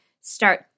start